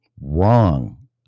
Wrong